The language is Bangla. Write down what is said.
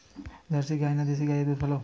জার্সি গাই না দেশী গাইয়ের দুধ ভালো?